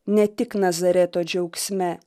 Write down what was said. ne tik nazareto džiaugsme